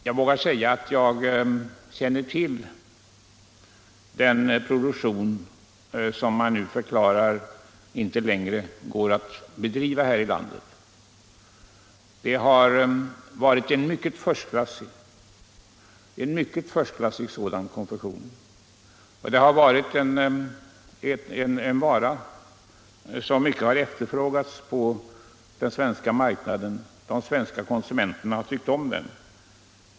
Jag vågar säga att jag känner till denna produktion som man nu förklarar inte längre går att bedriva här i landet. Det har gällt förstklassig konfektion, och det har varit en vara som mycket har efterfrågats på den svenska marknaden — de svenska konsumenterna har tyckt om den.